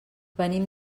venim